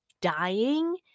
dying